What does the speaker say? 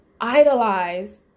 idolize